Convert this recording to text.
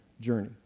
journey